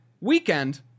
weekend